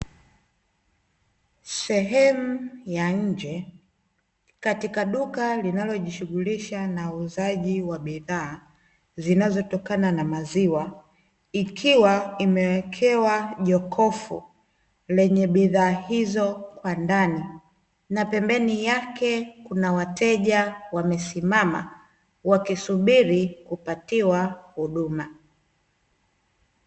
Sehemu ya nje, katika duka linalojishughulisha na uuzaji wa bidhaa zinazotokana na maziwa, ikiwa imewekewa jokofu, lenye bidhaa hizo kwa ndani. Na pembani yake kuna wateja wamesimama, wakisubili kupatiwa huduma.